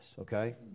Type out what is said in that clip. Okay